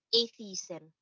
atheism